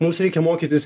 mums reikia mokytis